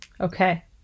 Okay